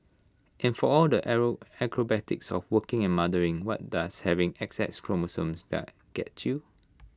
and for all the acrobatics of working and mothering what does having X X chromosomes let get you